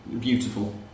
beautiful